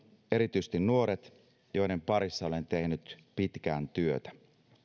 erityisesti nuoret joiden parissa olen tehnyt pitkään työtä